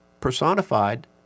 personified